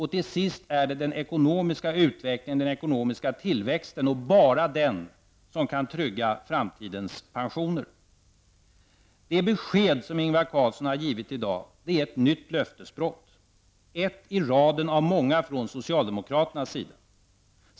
Till sist är det den ekonomiska utvecklingen, den ekonomiska tillväxten och bara den, som kan trygga framtidens pensioner. Det besked som Ingvar Carlsson har givit i dag är ett nytt löftesbrott i raden av många från socialdemokraterna.